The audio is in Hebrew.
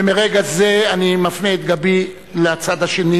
ומרגע זה אני מפנה את גבי לצד השני.